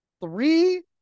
three